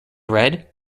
red